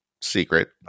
secret